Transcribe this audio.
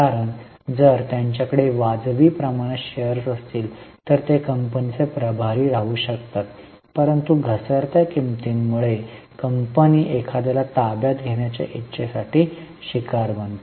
कारण जर त्यांच्याकडे वाजवी प्रमाणात शेअर्स असतील तर ते कंपनीचे प्रभारी राहू शकतात परंतु घसरत्या किंमतींमुळे कंपनी एखाद्याला ताब्यात घेण्याच्या इच्छेसाठी शिकार बनते